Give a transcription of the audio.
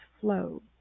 Flow